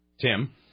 Tim